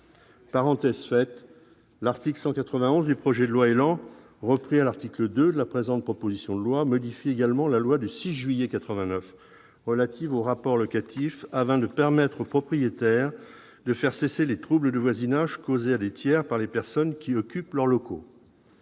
sont là ! L'article 121 du projet de loi ÉLAN, repris à l'article 2 de la présente proposition de loi, modifie également la loi du 6 juillet 1989 relative aux rapports locatifs, afin de permettre aux propriétaires de faire cesser les troubles de voisinage causés à des tiers par les personnes qui occupent leurs locaux.